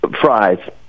Fries